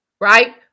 right